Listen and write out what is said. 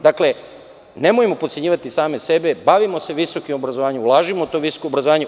Dakle, nemojmo potcenjivati sami sebe, bavimo se tim visokim obrazovanjem, ulažimo u to visoko obrazovanje.